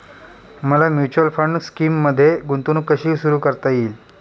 मला mutual fund स्कीममध्ये गुंतवणूक कशी सुरू करता येईल?